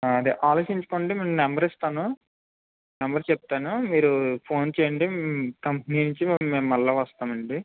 అదే ఆలోచించుకోండి నేను నెంబర్ ఇస్తాను నంబర్ చెప్తాను మీరు ఫోన్ చెయ్యండి కంపెనీ నుంచి మేము మళ్ళీ వస్తామండి